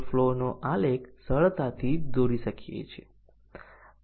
અને જ્યારે આ સાચું છે ત્યારે પરિણામ સાચું આવશે